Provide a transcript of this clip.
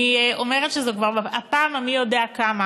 אני אומרת שזו כבר הפעם המי-יודע-כמה